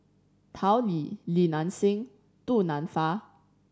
Tao Li Li Nanxing Du Nanfa